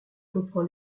reprend